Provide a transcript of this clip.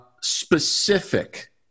specific